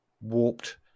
warped